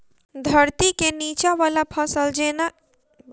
धरती केँ नीचा वला फसल जेना की आलु, अल्हुआ आर केँ दीवार सऽ बचेबाक की उपाय?